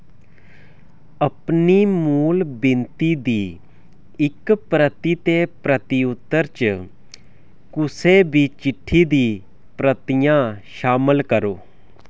अपनी मूल बिनती दी इक प्रति ते प्रत्युत्तर च कुसै बी चिट्ठी दी प्रतियां शामल करो